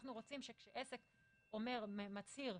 אנחנו רוצים שכשעסק מצהיר,